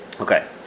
Okay